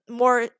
more